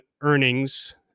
earnings